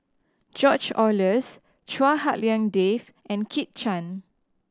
George Oehlers Chua Hak Lien Dave and Kit Chan